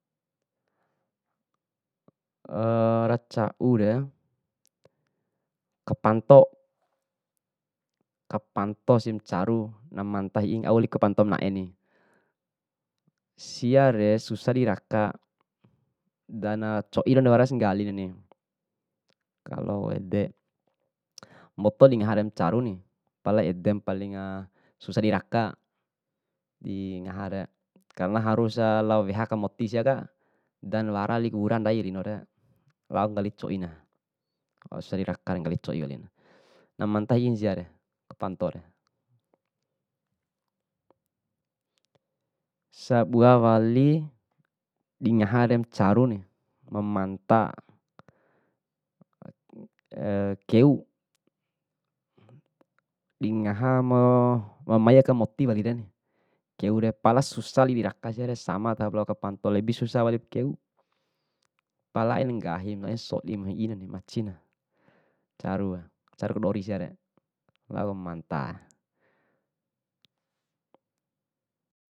raca'ure, kapanto, kapantosi macaru na manta hi'in auwali kapanto ma naini, siare susa diraka dana coinare wara senggalini, kalo ede. mboto dingahare macaruni, pada ede paling susa diraka, dingahare karena harus lao weha aka moti siaka dan wara waliku wura ndainare, waoku nggali coina, waususa diraka nggali coi walin namanta hi'ina siare. Sabua wali dingahare macaruni, mamanta keu, dingaha ma- ma mai aka moti walinire, keure pala susa wali diraka siare, sama tahopa lao kapanto, lebih susa walipu keu pala aim nggahimu nais sodi hi'i macina, carue caru kadori siare, wa'u manta.